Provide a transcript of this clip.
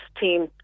team